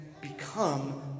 become